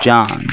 John